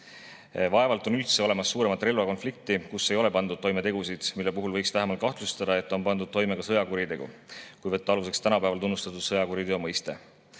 Vaevalt on üldse olemas suuremat relvakonflikti, kus ei ole pandud toime tegusid, mille puhul võiks vähemalt kahtlustada, et on pandud toime ka sõjakuritegu, kui võtta aluseks tänapäeval tunnustatud sõjakuriteo mõiste.